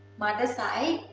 mother's side,